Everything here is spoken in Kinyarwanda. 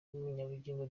munyabugingo